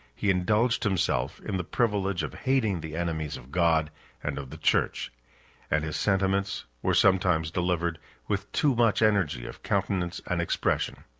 he indulged himself in the privilege of hating the enemies of god and of the church and his sentiments were sometimes delivered with too much energy of countenance and expression.